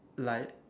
like